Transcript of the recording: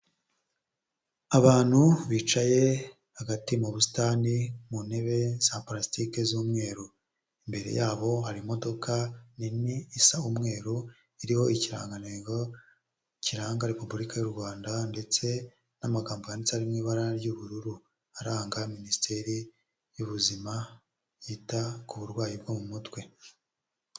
Abantu bicaye hagati mu busitani mu ntebe za parasitike z'umweru, imbere yabo hari imodoka nini isa umweru iriho ikirangantego kiranga repubulika y'u Rwanda ndetse n'amagambo yanditse ari mu ibara ry'ubururu aranga minisiteri y'ubuzima yita ku burwayi bwo mu mutwe.